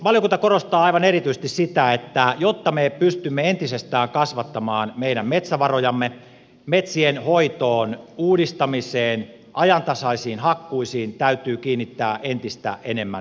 valiokunta korostaa aivan erityisesti sitä että jotta me pystymme entisestään kasvattamaan meidän metsävarojamme metsien hoitoon uudistamiseen ajantasaisiin hakkuisiin täytyy kiinnittää entistä enemmän huomiota